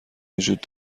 وجود